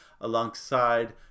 alongside